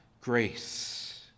grace